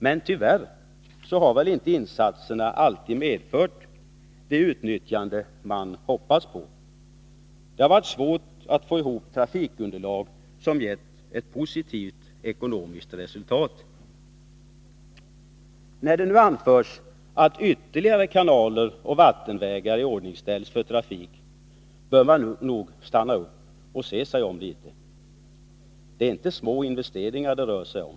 Men tyvärr har insatserna kanske inte alltid medfört den utnyttjandegrad man hoppats på. Det har varit svårt att få ihop ett trafikunderlag som gett positivt ekonomiskt resultat. När det nu anförs att ytterligare kanaler och vattenvägar bör iordningställas för trafik, bör man nog stanna upp och tänka sig för litet. Det är inte små investeringar det rör sig om.